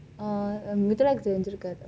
err mithra வுக்கு தெரிஞ்சிரிக்காது:vukku therinjirikathu